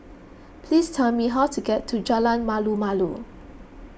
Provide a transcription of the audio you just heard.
please tell me how to get to Jalan Malu Malu